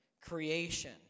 creation